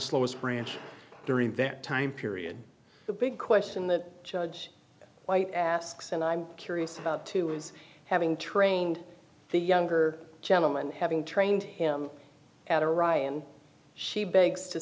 slowest branch during that time period the big question that judge white asks and i'm curious about too is having trained the younger gentleman having trained him at a ryan she begs to